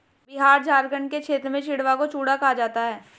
बिहार झारखंड के क्षेत्र में चिड़वा को चूड़ा कहा जाता है